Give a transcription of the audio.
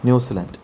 New Zealand